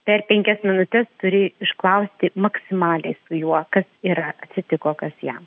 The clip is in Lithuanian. per penkias minutes turi išklausti maksimaliai su juo kas yra atsitiko kas jam